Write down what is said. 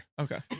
Okay